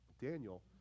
Daniel